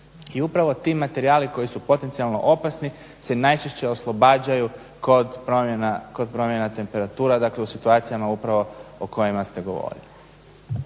i upravo ti materijali koji su potencijalno opasni se najčešće oslobađaju kod promjena temperatura, dakle u situacijama upravo o kojima ste govorili.